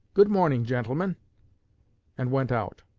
good morning, gentlemen and went out.